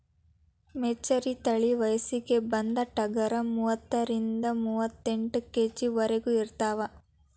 ಮೆಚರಿ ತಳಿ ವಯಸ್ಸಿಗೆ ಬಂದ ಟಗರ ಮೂವತ್ತಾರರಿಂದ ಮೂವತ್ತೆಂಟ ಕೆ.ಜಿ ವರೆಗು ಇರತಾವ